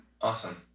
awesome